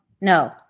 no